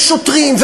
ושוטרים,